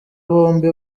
bombi